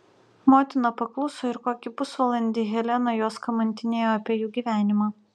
motina pakluso ir kokį pusvalandį helena juos kamantinėjo apie jų gyvenimą